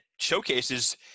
showcases